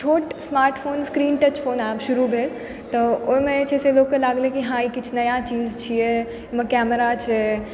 छोट smartphone screen touch phone आबि शुरू भेल तऽ ओइमे जे छै से लोकके लागलइ कि हँ ई किछु नया चीज छियै अइमे कैमरा छै